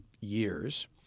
years